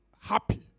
happy